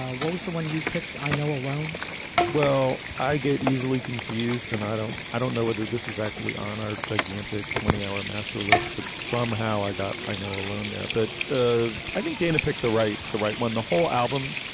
what was the one you picked. i know alone well i get easily confused and i don't i don't know whether this was actually on or gigantic twenty hour master list, but somehow i got. i know. alone there. but ah i think dana picked the right the right one the whole album